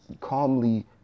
calmly